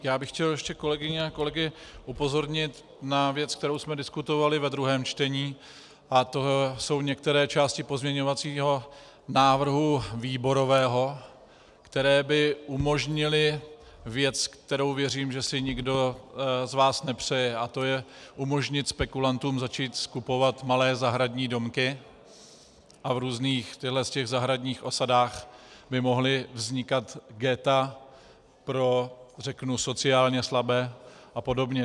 Já bych chtěl ještě kolegyně a kolegy upozornit na věc, kterou jsme diskutovali ve druhém čtení, a to jsou některé části pozměňovacího návrhu výborového, které by umožnily věc, kterou věřím, že si nikdo z vás nepřeje, a to je umožnit spekulantům začít skupovat malé zahradní domky a v různých těchto zahradních osadách by mohla vznikat ghetta pro sociálně slabé a podobně.